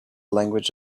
language